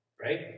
right